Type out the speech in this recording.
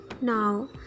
Now